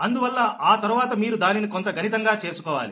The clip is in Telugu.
అందువల్ల ఆ తరువాత మీరు దానిని కొంత గణితంగా చేసుకోవాలి